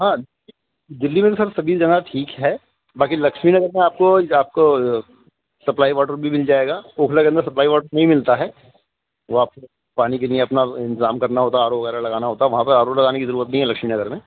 ہاں دلی میں بھی سر سبھی جگہ ٹھیک ہے باقی لکشمی نگر میں آپ کو آپ کو سپلائی واٹر بھی مل جائے گا اوکھلا کے اندر سپلائی واٹر نہیں ملتا ہے وہ آپ کو پانی کے لیے اپنا انتظام کرنا ہوتا آرو وغیرہ لگانا ہوتا ہے وہاں پہ آرو لگانے کی ضرورت نہیں ہے لکشمی نگر میں